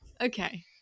Okay